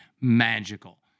magical